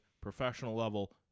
professional-level